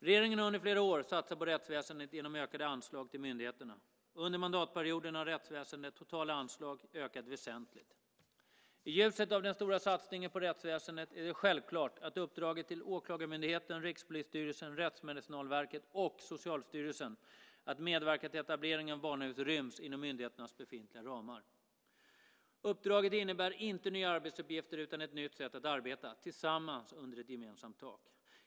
Regeringen har under flera år satsat på rättsväsendet genom ökade anslag till myndigheterna. Under mandatperioden har rättsväsendets totala anslag ökat väsentligt. I ljuset av den stora satsningen på rättsväsendet är det självklart att uppdraget till Åklagarmyndigheten, Rikspolisstyrelsen, Rättsmedicinalverket och Socialstyrelsen att medverka till etablering av barnahus ryms inom myndigheternas befintliga ramar. Uppdraget innebär inte nya arbetsuppgifter utan ett nytt sätt att arbeta - tillsammans under ett gemensamt tak.